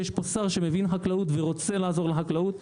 כי יש פה שר שמבין חקלאות ורוצה לעזור לחקלאות,